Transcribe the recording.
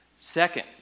Second